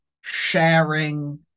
sharing